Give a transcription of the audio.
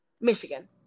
Michigan